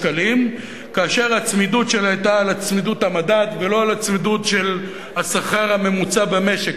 כאשר הצמידות שלה היתה למדד ולא לשכר הממוצע במשק.